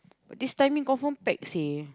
this timing confirm pack seh